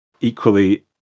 equally